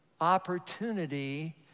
opportunity